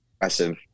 aggressive